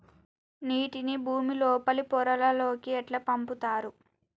నీటిని భుమి లోపలి పొరలలోకి ఎట్లా పంపుతరు?